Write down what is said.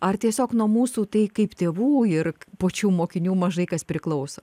ar tiesiog nuo mūsų tai kaip tėvų ir pačių mokinių mažai kas priklauso